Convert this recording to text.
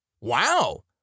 Wow